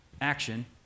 action